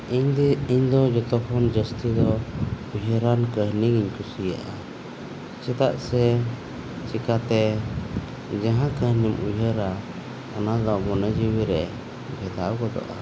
ᱤᱧ ᱫᱚ ᱤᱧ ᱫᱚ ᱡᱚᱛᱚ ᱠᱷᱚᱱ ᱡᱟᱹᱥᱛᱤ ᱫᱚ ᱩᱭᱦᱟᱹᱨᱟᱱ ᱠᱟᱹᱦᱱᱤ ᱜᱮᱧ ᱠᱩᱥᱤᱤᱭᱟᱜᱼᱟ ᱪᱮᱫᱟᱜ ᱥᱮ ᱪᱮᱠᱟᱛᱮ ᱡᱟᱦᱟᱸ ᱠᱟᱹᱦᱱᱤᱢ ᱩᱭᱦᱟᱹᱨᱟ ᱚᱱᱟ ᱫᱚ ᱢᱚᱱᱮ ᱡᱤᱣᱤ ᱨᱮ ᱵᱷᱮᱫᱟᱣ ᱜᱚᱫᱚᱜᱼᱟ